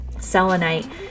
Selenite